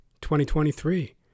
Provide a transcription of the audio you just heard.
2023